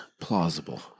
plausible